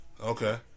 okay